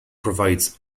provides